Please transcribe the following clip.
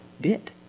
bit